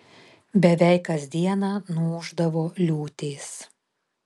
beveik kas dieną nuūždavo liūtys